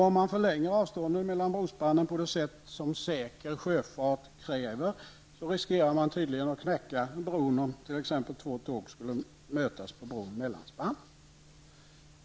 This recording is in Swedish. Om man förlänger avståndet mellan brospannen på det sätt som säker sjöfart kräver, riskerar man tydligen att knäcka bron om t.ex. två tåg möts på bron mellan spannen.